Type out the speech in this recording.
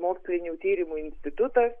mokslinių tyrimų institutas